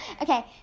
Okay